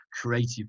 creative